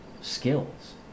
skills